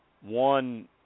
one